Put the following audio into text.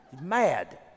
mad